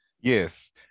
Yes